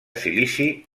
silici